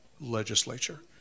legislature